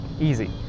Easy